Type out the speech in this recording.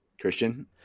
christian